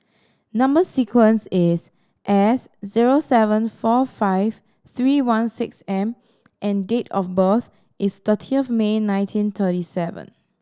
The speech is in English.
number sequence is S zero seven four five three one six M and date of birth is thirty of May nineteen thirty seven